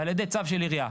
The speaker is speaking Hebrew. ועל ידי צו של עירייה.